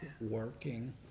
working